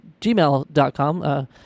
gmail.com